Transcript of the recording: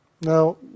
Now